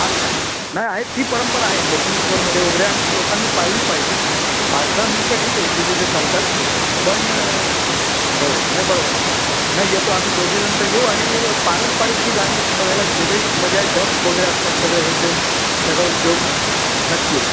फार छान नाही आहे ती परंपरा आहे कोपेनिश्वरमध्ये वगैरे आणि ती लोकांनी पाळली पाहिजे पाच दहा मिनटं ठीक आहे इथे तिथे चालतात पण हो नाही बरोबर आहे नाही येतो आमी दोघेजणं तर येऊ आणि पारंपरिक जी गाणी आहेत ती बघायला एक वेगळीच मजा आहे डफ वगैरे असतात सगळे हेन तेन त्याचा उपयोग नक्की येऊ